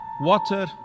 Water